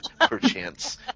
perchance